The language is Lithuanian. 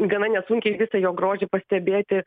gana nesunkiai tą jo grožį pastebėti